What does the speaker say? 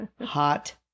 hot